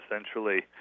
essentially